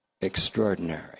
extraordinary